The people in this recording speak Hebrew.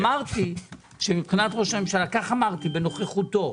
אמרתי שמבחינת ראש הממשלה כך אמרתי בנוכחותו,